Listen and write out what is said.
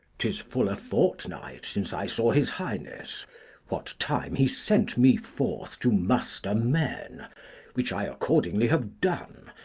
tis full a fortnight, since i saw his highness what time he sent me forth to muster men which i accordingly have done,